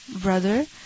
brother